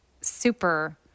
super